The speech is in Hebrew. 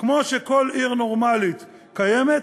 כמו שכל עיר נורמלית קיימת,